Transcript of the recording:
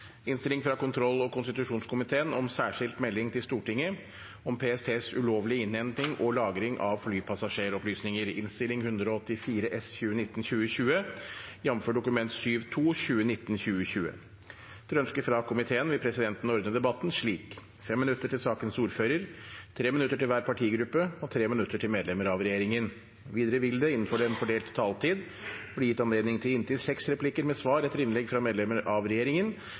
og konstitusjonskomiteen vil presidenten ordne debatten slik: 5 minutter til sakens ordfører, 3 minutter til hver partigruppe og 3 minutter til medlemmer av regjeringen. Videre vil det – innenfor den fordelte taletid – bli gitt anledning til replikkordskifte med inntil seks replikker med svar etter innlegg fra medlemmer av regjeringen,